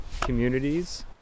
communities